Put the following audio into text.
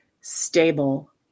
stable